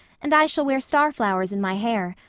and i shall wear starflowers in my hair.